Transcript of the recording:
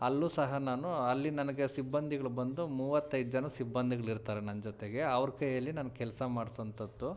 ಅಲ್ಲೂ ಸಹ ನಾನು ಅಲ್ಲಿ ನನಗೆ ಸಿಬ್ಬಂದಿಗಳು ಬಂದು ಮೂವತ್ತೈದು ಜನ ಸಿಬ್ಬಂದಿಗಳು ಇರ್ತಾರೆ ನನ್ನ ಜೊತೆಗೆ ಅವ್ರ ಕೈಯಲ್ಲಿ ನಾನು ಕೆಲಸ ಮಾಡ್ಸೋವಂಥದ್ದು